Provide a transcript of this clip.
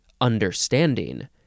understanding